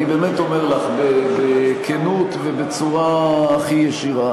אני באמת אומר לך בכנות ובצורה הכי ישירה,